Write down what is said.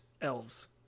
elves